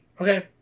okay